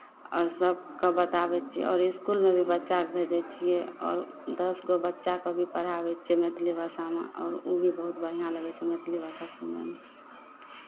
आओर सभके बताबै छियै आओर इसकुलमे भी बच्चाकेँ भेजै छियै आओर दस गो बच्चाकेँ भी पढ़ाबै छियै मैथिली भाषामे आओर ओ भी बहुत बढ़िआँ लगै छै मैथिली भाषा सुनयमे